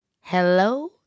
hello